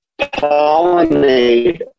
pollinate